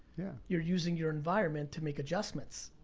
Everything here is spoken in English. yeah you're using your environment to make adjustments.